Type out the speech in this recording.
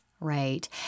Right